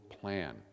plan